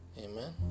Amen